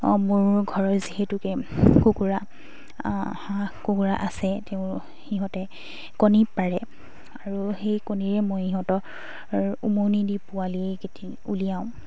মোৰ ঘৰৰ যিহেতুকে কুকুৰা হাঁহ কুকুৰা আছে তেওঁ সিহঁতে কণী পাৰে আৰু সেই কণীৰে মই সিহঁতৰ উমনি দি পোৱালিয়ে উলিয়াওঁ